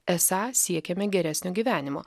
esą siekiame geresnio gyvenimo